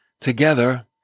together